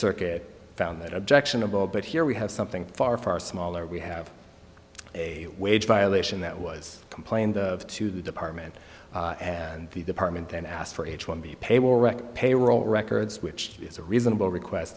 circuit found that objectionable but here we have something far far smaller we have a wage violation that was complained to the department and the department then asked for h one b pay were payroll records which is a reasonable request